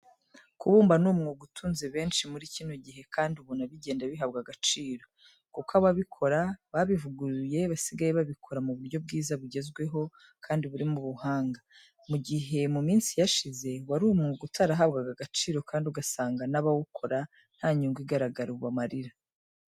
Kubumba ni umwuga utunze benshi muri kino gihe kandi ubona bigenda bihabwa agaciro, kuko ababikora babivuguruye basigaye babikora mu buryo bwiza bugezweho kandi burimo ubuhanga, mu gihe mu minsi yashize, wari umwuga utarahabwaga agaciro kandi ugasanga n'abawukora nta nyungu igaragara ubamarira.